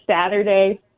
Saturday